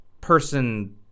person